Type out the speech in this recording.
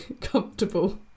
comfortable